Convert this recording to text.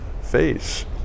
face